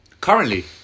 Currently